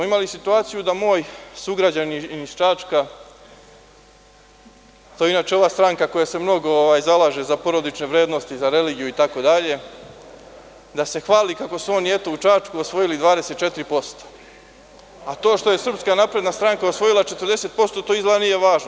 Imali smo situaciju da moj sugrađanin iz Čačka, to je inače ova stranka koja se mnogo zalaže za porodične vrednosti, za religiju itd, da se hvali kako su oni u Čačku osvojili 24%, a to što je SNS osvojila 40%, to izgleda nije važno.